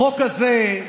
החוק הזה,